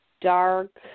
dark